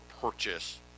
purchase